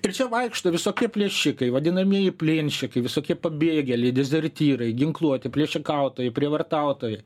ir čia vaikšto visokie plėšikai vadinamieji plėnšikai visokie pabėgėliai dezertyrai ginkluoti plėšikautojai prievartautojai